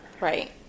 Right